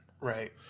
right